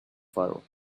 furrow